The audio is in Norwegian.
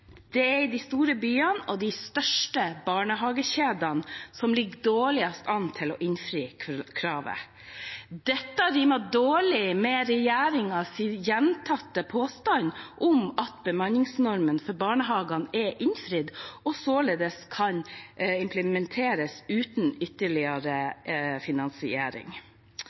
Det er de store byene og de største barnehagekjedene som ligger dårligst an til å innfri kravet. Dette rimer dårlig med regjeringens gjentatte påstand om at bemanningsnormen for barnehagene er innfridd, og således kan implementeres uten ytterligere finansiering.